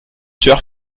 sueur